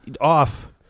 off